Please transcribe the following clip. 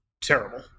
terrible